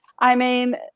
i mean,